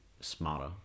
smarter